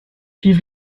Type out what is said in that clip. vive